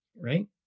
Right